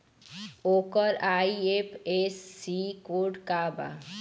ओकर IFSC code का बा?